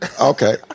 okay